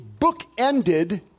bookended